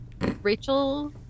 Rachel